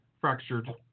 Fractured